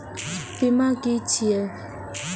बीमा की छी ये?